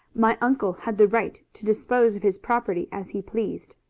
my uncle had the right to dispose of his property as he pleased.